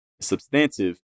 substantive